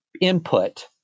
input